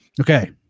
Okay